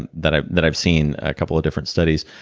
and that i've that i've seen a couple of different studies.